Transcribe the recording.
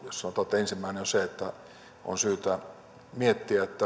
jos sanotaan että ensimmäinen on se että on syytä miettiä